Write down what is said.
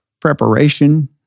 preparation